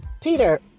Peter